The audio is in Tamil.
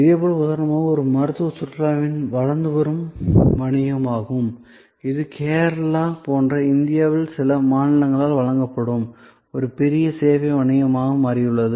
இதேபோல் உதாரணமாக இது மருத்துவ சுற்றுலாவின் வளர்ந்து வரும் வணிகமாகும் இது கேரளா போன்ற இந்தியாவில் சில மாநிலங்களால் வழங்கப்படும் ஒரு பெரிய சேவை வணிகமாக மாறியுள்ளது